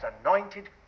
anointed